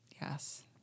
Yes